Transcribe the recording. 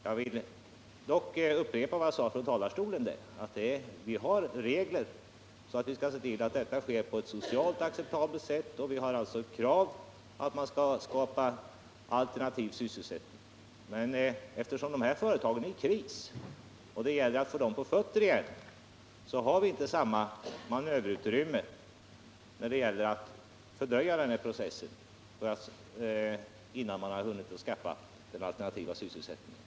Jag vill dock upprepa vad jag sagt från talarstolen: Vi har regler när det gäller att se till att detta sker i socialt acceptabla former och vi ställer krav på alternativ sysselsättning. Men eftersom dessa företag befinner sig i en kris och det gäller att få dem på fötter igen har vi inte samma manöverutrymme när det gäller att fördröja den här processen, innan man hunnit skaffa den alternativa sysselsättningen.